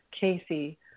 Casey